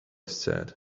said